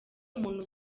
umuntu